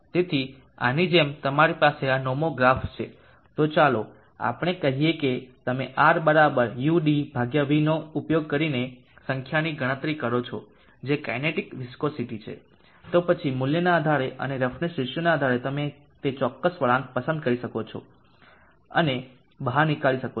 તેથી આની જેમ તમારી પાસે આ નોમોગ્રાફ્સ છે તો ચાલો આપણે કહીએ કે તમે Rudυ નો ઉપયોગ કરીને સંખ્યાની ગણતરી કરો છો જે કાઇનેટિક વિસ્કોસીટી છે તો પછી મૂલ્યના આધારે અને રફનેસ રેશિયોના આધારે તમે તે ચોક્કસ વળાંક પસંદ કરી શકો છો અને બહાર નીકાળી શકો છો